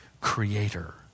creator